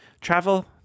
Travel